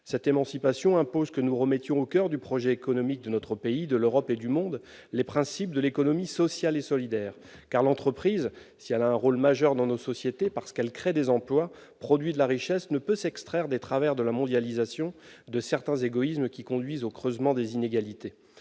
Cette émancipation impose que nous remettions au coeur du projet économique de notre pays, de l'Europe et du monde, les principes de l'économie sociale et solidaire, car l'entreprise, si elle joue un rôle majeur dans nos sociétés, parce qu'elle crée des emplois et produit de la richesse, ne peut s'extraire des travers de la mondialisation, de certains égoïsmes qui conduisent au creusement des inégalités.